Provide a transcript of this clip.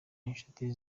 inshuti